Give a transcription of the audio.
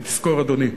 כי תזכור, אדוני,